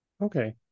Okay